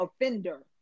offender